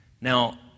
Now